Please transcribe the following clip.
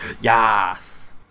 Yes